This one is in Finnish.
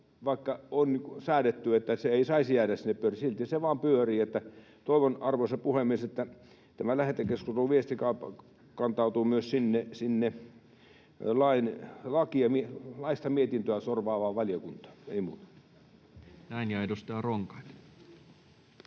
vaikka on säädetty, että se ei saisi jäädä sinne pyörimään, silti se vain pyörii. Toivon, arvoisa puhemies, että tämän lähetekeskustelun viesti kantautuu myös sinne laista mietintöä sorvaavaan valiokuntaan. — Ei muuta. [Speech